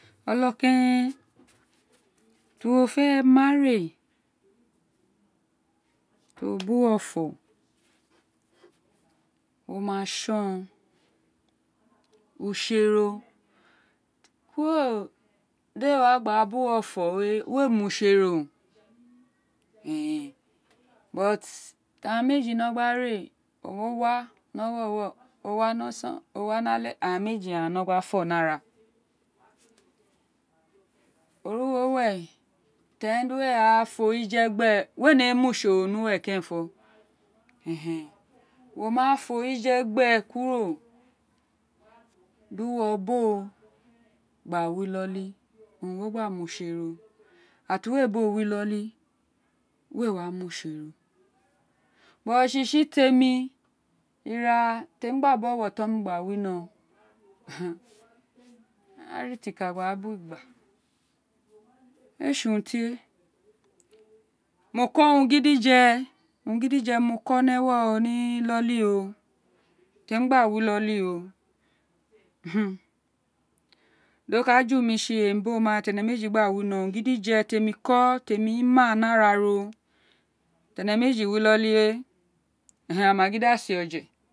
Olo keren tí uwo fé tí o bu uwu fo wo ma tson utse ro kuro di ee wa gba bu uwo fó we we mí utse roo ti aghan meji no gba re owun wo wa ni owowo o wa ní oson o wa ní ale aghaan meji aghaan no gba fó ní ara rén origho uwe teren dí uwo re wa forije we ne mí mi utse ro na we kerenfo wo ma forije gbe kuro bí owobo gba wi iloli we wa mi utse ro tsi tsi temí ira temí gba bí owa otonmí gba rí ugba ee tsi urun tie mo ko réén ni ewo ro ní iloli ro temí gba wa iloli re do ka ju mi tsi emi bo ma ni eñe mejí ma wino urun gidije temí kó temí ma ní araro tí eñé meji wi iloli we a ama gin da se oje.